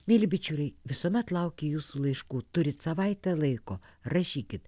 mieli bičiuliai visuomet laukiu jūsų laiškų turit savaitę laiko rašykit